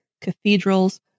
cathedrals